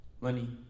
Money